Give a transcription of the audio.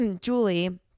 Julie